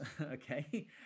okay